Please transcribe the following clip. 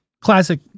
Classic